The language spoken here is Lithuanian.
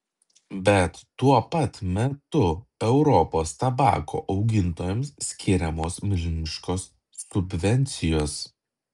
bet tuo pat metu europos tabako augintojams skiriamos milžiniškos subvencijos